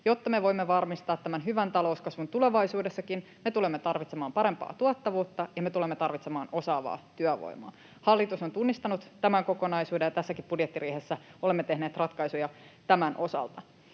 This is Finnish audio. jotta me voimme varmistaa tämän hyvän talouskasvun tulevaisuudessakin, me tulemme tarvitsemaan parempaa tuottavuutta ja me tulemme tarvitsemaan osaavaa työvoimaa. Hallitus on tunnistanut tämän kokonaisuuden, ja tässäkin budjettiriihessä olemme tehneet ratkaisuja tämän osalta.